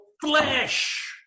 flesh